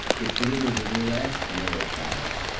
it's literally less neural firing,